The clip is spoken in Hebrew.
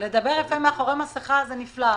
לדבר יפה מאחורי מסכה זה נפלא,